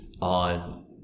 on